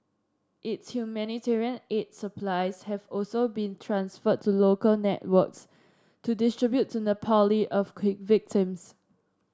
its humanitarian aid supplies have also been transferred to local networks to distribute to Nepali earthquake victims